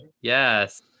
Yes